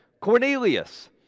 Cornelius